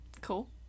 Cool